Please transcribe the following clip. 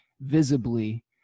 visibly